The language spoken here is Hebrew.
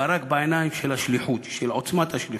הברק בעיניים של השליחות, של עוצמת השליחות.